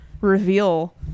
reveal